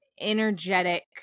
energetic